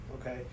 okay